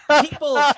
People